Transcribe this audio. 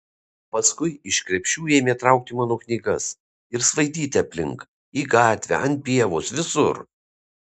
paskui iš krepšių ėmė traukti mano knygas ir svaidyti aplink į gatvę ant pievos visur